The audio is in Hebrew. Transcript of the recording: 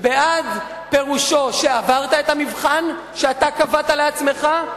בעד פירושו שעברת את המבחן שאתה קבעת לעצמך.